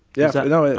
yeah, no,